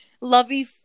lovey